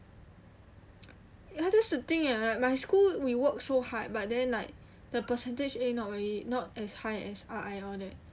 ya that's the thing eh my school we work so hard but then like the percentage a not really not as high as R_I all that